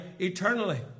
eternally